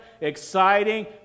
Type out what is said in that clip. exciting